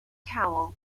cowell